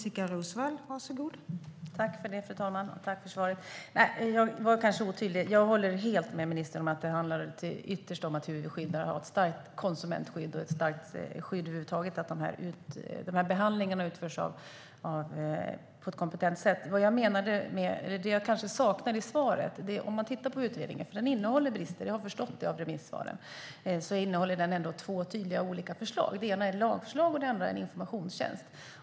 Fru talman! Jag tackar för svaret, men jag var kanske otydlig. Jag håller helt med ministern om att det ytterst handlar om hur vi ser till att ha ett starkt konsumentskydd och över huvud taget ett starkt skydd för att behandlingarna utförs på ett kompetent sätt, men jag saknade något i svaret. Att utredningen innehåller brister har jag förstått av remissvaren, men den innehåller ändå två olika tydliga förslag. Det ena är ett lagförslag och det andra är ett förslag om en informationstjänst.